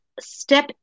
step